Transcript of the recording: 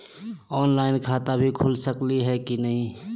Online खाता भी खुल सकली है कि नही?